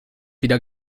wieder